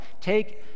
take